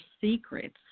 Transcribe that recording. secrets